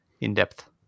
in-depth